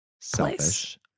Selfish